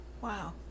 Wow